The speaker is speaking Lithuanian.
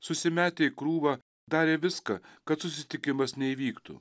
susimetę į krūvą darė viską kad susitikimas neįvyktų